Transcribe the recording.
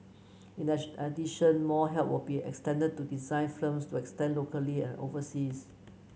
in addition more help will be extended to design to expand locally and overseas